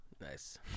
nice